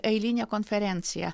eilinę konferenciją